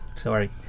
Sorry